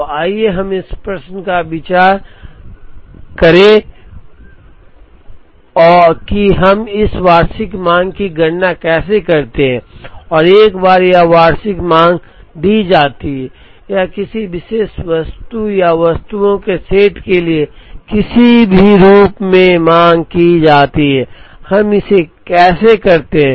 तो आइए हम इस प्रश्न पर विचार करें कि हम इस वार्षिक मांग की गणना कैसे करते हैं और एक बार यह वार्षिक मांग दी जाती है या किसी विशेष वस्तु या वस्तुओं के सेट के लिए किसी भी रूप में मांग की जाती है हम इसे कैसे करते हैं